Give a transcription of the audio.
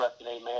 Amen